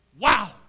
wow